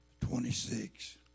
Twenty-six